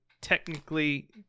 technically